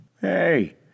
Hey